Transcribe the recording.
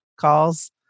calls